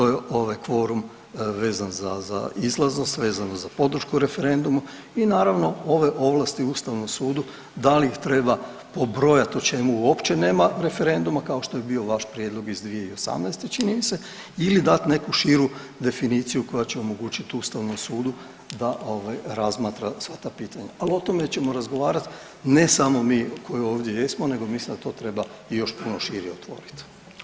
To su, to je ovaj kvorum vezan za, za izlaznost, vezano za podršku referendumu i naravno ove ovlasti ustavnom sudu da li ih treba pobrojat, o čemu uopće nema referenduma kao što je bio vaš prijedlog iz 2018. čini mi se ili dat neku širu definiciju koja će omogućit ustavnom sudu da ovaj razmatra sva ta pitanja, al o tome ćemo razgovarat ne samo mi koji ovdje jesmo nego mislim da to treba još puno šire otvorit.